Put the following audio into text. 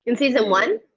and season one?